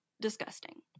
Disgusting